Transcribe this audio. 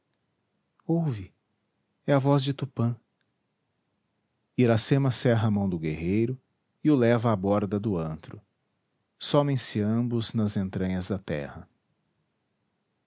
ouve é a voz de tupã iracema cerra a mão do guerreiro e o leva à borda do antro somem se ambos nas entranhas da terra